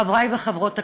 חברי וחברות הכנסת,